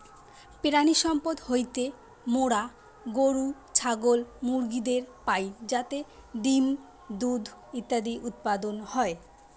প্রাণিসম্পদ হইতে মোরা গরু, ছাগল, মুরগিদের পাই যাতে ডিম্, দুধ ইত্যাদি উৎপাদন হয়